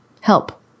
Help